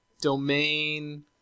domain